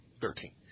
thirteen